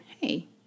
hey